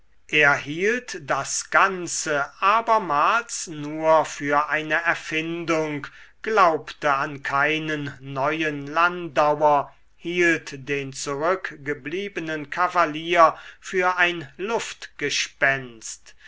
hielt das ganze abermals nur für eine erfindung glaubte an keinen neuen landauer hielt den zurückgebliebenen kavalier für ein